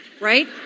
Right